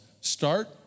start